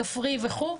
כפרי וכו'.